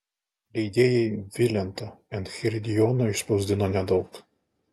leidėjai vilento enchiridionų išspausdino nedaug